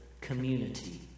community